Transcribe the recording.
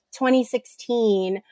2016